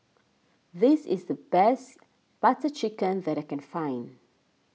this is the best Butter Chicken that I can find